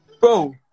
Bro